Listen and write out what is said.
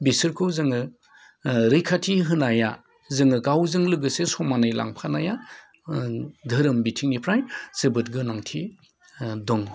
बिसोरखौ जोङो रैखाथि होनाया जोङो गावजों लोगोसे समानै लांफानाया धोरोम बिथिंनिफ्राय जोबोद गोनांथि दङ